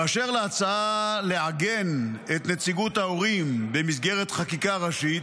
באשר להצעה לעגן את נציגות ההורים במסגרת חקיקה ראשית,